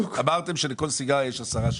אמרתם שלכל סיגריה יש 10 שאיפות.